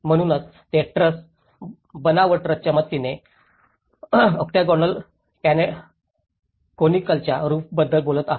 म्हणूनच ते ट्रस बनावट ट्रसच्या मदतीने ओकॅटॅगॉनल कॉनिकलच्या रूफबद्दल बोलत आहेत